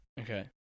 Okay